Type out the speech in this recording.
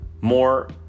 more